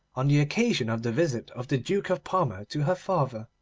on the occasion of the visit of the duke of parma to her father.